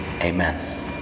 Amen